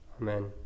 Amen